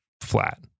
flat